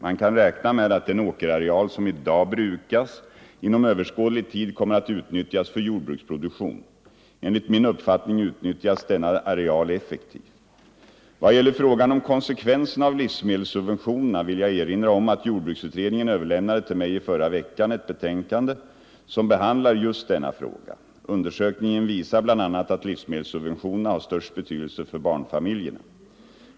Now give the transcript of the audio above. Man kan räkna med att den åkerareal som i dag brukas inom överskådlig tid kommer att utnyttjas för jordbruksproduktion. Enligt min uppfattning utnyttjas denna areal effektivt. Vad gäller frågan om konsekvenserna av livsmedelssubventionerna vill jag erinra om att jordbruksutredningen överlämnade till mig i förra veckan ett betänkande som behandlar just denna fråga. Undersökningen visar bl.a. att livsmedelssubventionerna har störst betydelse för barnfamiljerna.